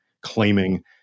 claiming